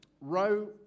row